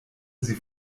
sie